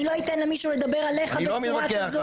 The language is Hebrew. אני לא אתן למישהו לדבר עליך בצורה כזו,